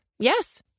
Yes